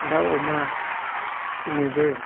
दाउ अमा फिसिनोबो